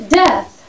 death